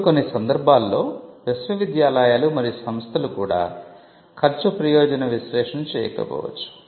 ఇప్పుడు కొన్ని సందర్భాల్లో విశ్వవిద్యాలయాలు మరియు సంస్థలు కూడా ఖర్చు ప్రయోజన విశ్లేషణ చేయకపోవచ్చు